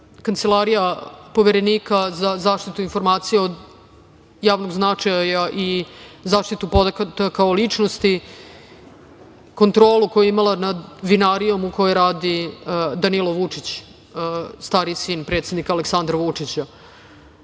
Kancelarija Poverenika za zaštitu informacija od javnog značaja i zaštitu podatka o ličnosti, kontrolu koju je imala nad vinarijom u kojoj radi Danilo Vučić, stariji sin predsednika Aleksandra Vučića.